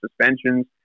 suspensions